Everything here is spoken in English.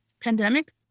pandemic